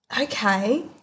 Okay